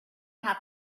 have